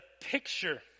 picture